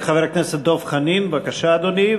חבר הכנסת דב חנין, בבקשה, אדוני.